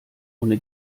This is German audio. ohne